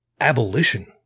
abolition